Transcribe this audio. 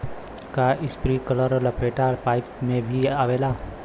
का इस्प्रिंकलर लपेटा पाइप में भी आवेला?